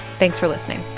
thanks for listening